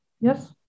yes